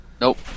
nope